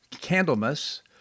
Candlemas